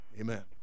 Amen